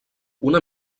una